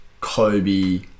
Kobe